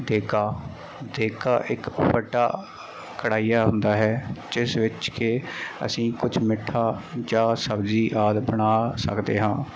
ਦੇਗਾ ਦੇਗਾ ਇੱਕ ਵੱਡਾ ਕੜਾਈਆ ਹੁੰਦਾ ਹੈ ਜਿਸ ਵਿੱਚ ਕਿ ਅਸੀਂ ਕੁਝ ਮਿੱਠਾ ਜਾਂ ਸਬਜ਼ੀ ਆਦਿ ਬਣਾ ਸਕਦੇ ਹਾਂ